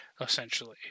essentially